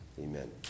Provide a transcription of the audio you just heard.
Amen